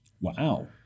Wow